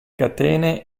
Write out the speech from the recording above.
catene